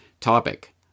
topic